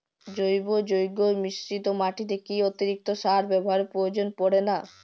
জৈব যৌগ মিশ্রিত মাটিতে কি অতিরিক্ত সার ব্যবহারের প্রয়োজন পড়ে না?